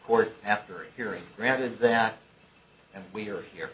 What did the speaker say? court after hearing granted that we are here